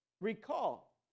recall